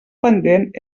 pendent